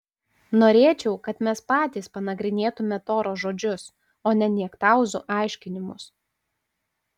norėčiau kad mes patys panagrinėtumėme toros žodžius o ne niektauzų aiškinimus